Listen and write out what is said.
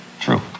True